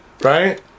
Right